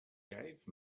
gave